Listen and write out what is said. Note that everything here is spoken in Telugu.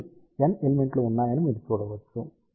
కాబట్టి N ఎలిమెంట్లు ఉన్నాయని మీరు చూడవచ్చు